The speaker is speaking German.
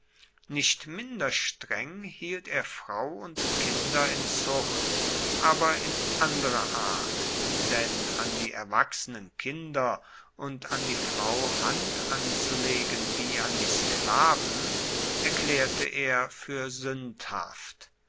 nicht minder streng hielt er frau und kinder in zucht aber in anderer art denn an die erwachsenen kinder und an die frau hand anzulegen wie an die sklaven erklaerte er fuer suendhaft